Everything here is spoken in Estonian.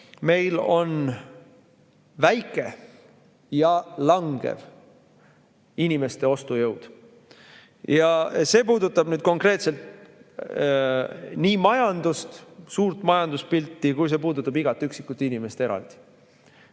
meil on väike ja [vähenev] inimeste ostujõud. See puudutab konkreetselt nii majandust, suurt majanduspilti, kui ka igat üksikut inimest eraldi.